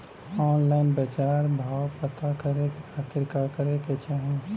Online बाजार भाव पता करे के खाती का करे के चाही?